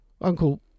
Uncle